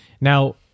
Now